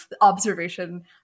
observation